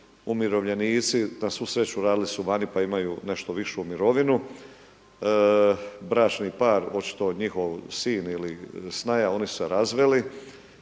umirovljenici, na svu sreću radili su vani pa imaju nešto višu mirovinu, bračni par, očito njihov sin ili snaja oni su se razveli.